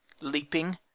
leaping